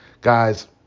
guys